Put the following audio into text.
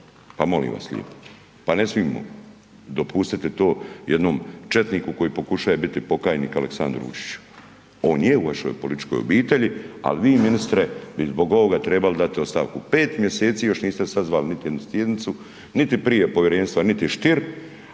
Pa molim vas lijepo, pa ne smijemo dopustiti to jednom četniku koji pokušaje biti pokajnik, Aleksandru Vučiću. On je u vašoj političkoj obitelji, ali vi ministre bi zbog ovoga treba dati ostavku, pet mjeseci još niste sazvali niti jednu sjednicu, niti prije povjerenstva, niti Stier,